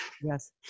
Yes